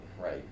right